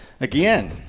Again